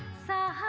so